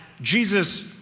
Jesus